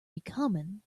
becoming